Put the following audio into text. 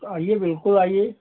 आइए बिल्कुल आइए